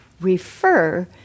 refer